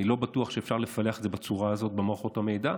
אני לא בטוח שאפשר לפלח את זה בצורה הזאת במערכות המידע,